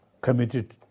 committed